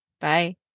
Bye